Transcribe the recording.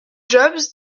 jobs